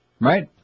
Right